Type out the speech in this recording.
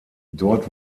dort